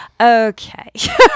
Okay